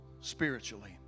spiritually